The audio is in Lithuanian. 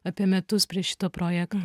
apie metus prie šito projekto